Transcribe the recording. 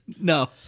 No